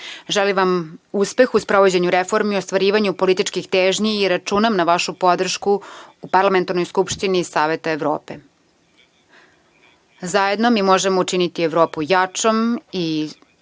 brže. Želim vam uspeh u sprovođenju reformi i ostvarivanju političkih težnji i računam na vašu podršku u Parlamentarnoj skupštini Saveta Evrope. Zajedno možemo učiniti Evropu jačom i